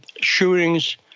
shootings